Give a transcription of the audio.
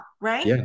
Right